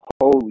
Holy